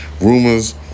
rumors